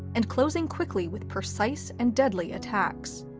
and closing quickly with precise and deadly attacks.